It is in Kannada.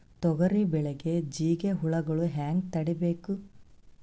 ತೊಗರಿ ಬೆಳೆಗೆ ಜಿಗಿ ಹುಳುಗಳು ಹ್ಯಾಂಗ್ ತಡೀಬೇಕು?